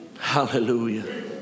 Hallelujah